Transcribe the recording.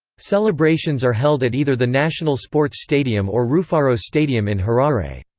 celebrations are held at either the national sports stadium or rufaro stadium in harare.